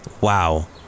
Wow